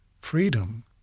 freedom